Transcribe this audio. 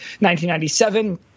1997